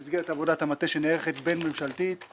במסגרת עבודת המטה הבין-ממשלתית שנערכת,